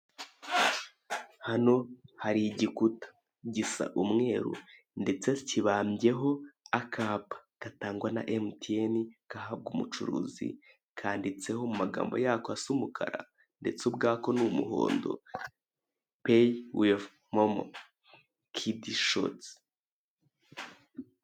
Hano hari igikuta. Gisa umweru, ndetse kibambyeho akapa. Gatangwa na emutiyeni, gahabwa umucuruzi, kanditseho mu magambo yako asa ubukara, ndetse ubwako ni umuhondo," Peyi wivu momo. Kidi shotsi".